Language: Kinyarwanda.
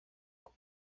uko